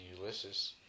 *Ulysses*